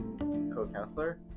co-counselor